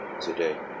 today